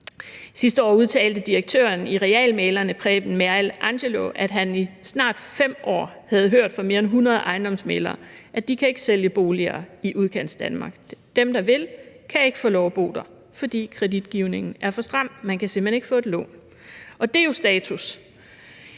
Sidste år udtalte direktøren for RealMæglerne, Preben Merrild Angelo, at han i snart 5 år havde hørt fra mere end 100 ejendomsmæglere, at de ikke kan sælge boliger i Udkantsdanmark. Dem, der vil, kan ikke få lov at bo der, fordi kreditgivningen er for stram. Man kan simpelt